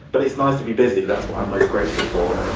but it's nice to be busy. that's what i'm most grateful for,